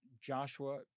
Joshua